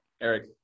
Eric